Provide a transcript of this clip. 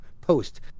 post